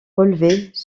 relevées